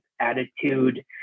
attitude